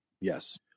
Yes